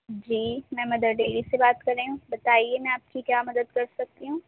جی میں Mother Dairy سے بات کر رہی ہوں بتائیے میں آپ کی کیا مدد کر سکتی ہوں